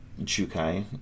Chukai